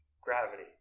gravity